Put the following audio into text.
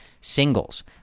Singles